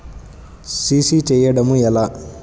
CC చేయడము ఎలా?